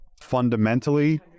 Fundamentally